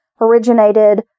originated